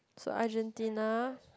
so Argentina